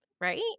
right